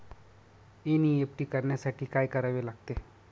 NEFT करण्यासाठी काय करावे लागते?